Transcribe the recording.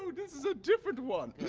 so this is a different one.